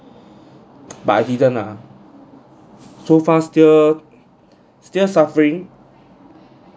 but I didn't lah so far still still suffering